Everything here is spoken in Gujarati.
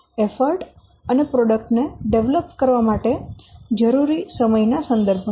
એફર્ટ અને પ્રોડક્ટ ને ડેવલપ કરવા માટે જરૂરી સમય ના સંદર્ભમાં